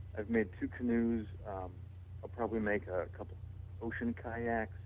i've made two canoes, i'll probably make a couple oceans kayaks.